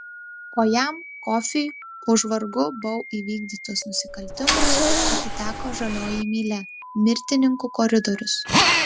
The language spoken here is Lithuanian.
o jam kofiui už vargu bau įvykdytus nusikaltimus atiteko žalioji mylia mirtininkų koridorius